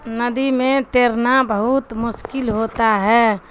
ندی میں تیرنا بہت مشکل ہوتا ہے